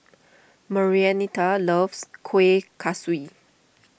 Marianita loves Kuih Kaswi